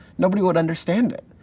nobody would understand it.